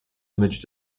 image